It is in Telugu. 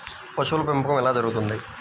పశువుల పెంపకం ఎలా జరుగుతుంది?